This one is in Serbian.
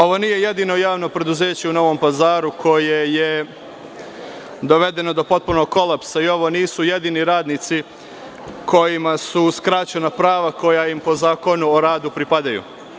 Ovo nije jedino javno preduzeće u Novom Pazaru koje je dovedeno do potpunog kolapsa i ovo nisu jedini radnici kojima su uskraćena prava koja im po Zakonu o radu pripadaju.